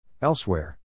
Elsewhere